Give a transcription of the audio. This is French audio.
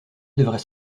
devraient